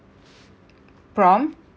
prompt